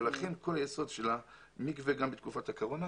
לכן היסוד של המקווה בתקופת הקורונה